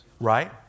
Right